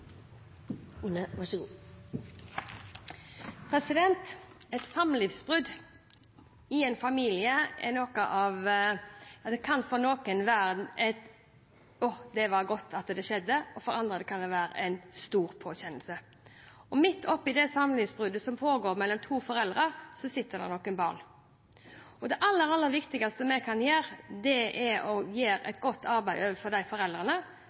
Et samlivsbrudd i en familie kan for noen være slik: Det var godt at det skjedde. For andre kan det være en stor påkjenning. Midt oppi samlivsbruddet som pågår mellom to foreldre, sitter det noen barn. Det aller, aller viktigste vi kan gjøre, er å gjøre et godt arbeid overfor foreldrene, slik at de